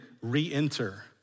re-enter